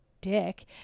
dick